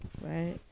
right